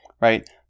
right